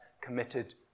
committed